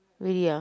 really ah